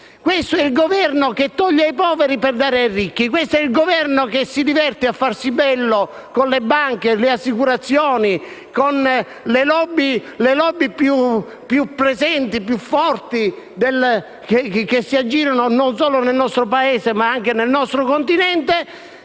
questo è il Governo che toglie ai poveri per dare ai ricchi, questo è il Governo che si diverte a farsi bello con le banche, le assicurazioni, le *lobby* più forti che si aggirano non solo nel nostro Paese ma anche nel nostro continente,